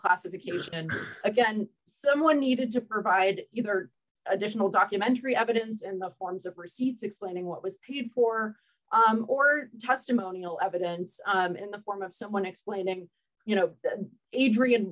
will again someone needed to provide either additional documentary evidence and the forms of receipts explaining what was paid for or testimonial evidence in the form of someone explaining you know adrian